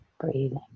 breathing